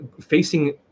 facing